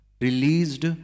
released